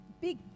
Big